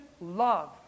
love